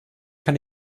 kann